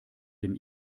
dem